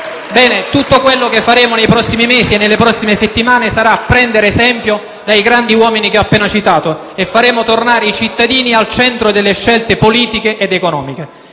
Bene, tutto quello che faremo nei prossimi mesi e nelle prossime settimane sarà prendere esempio dai grandi uomini che ho appena citato e faremo tornare i cittadini al centro delle scelte politiche ed economiche.